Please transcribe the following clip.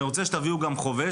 אני רוצה שתביאו גם חובש,